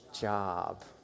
job